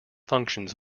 functions